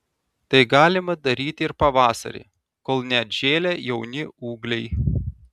tai galima daryti ir pavasarį kol neatžėlę jauni ūgliai